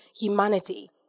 humanity